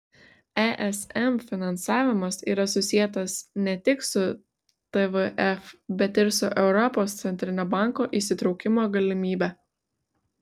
esm finansavimas yra susietas ne tik su tvf bet ir su europos centrinio banko įsitraukimo galimybe